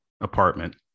apartment